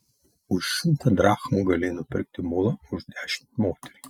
už šimtą drachmų galėjai nupirkti mulą o už dešimt moterį